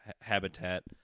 habitat